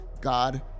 God